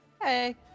Hey